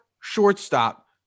shortstop